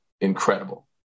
incredible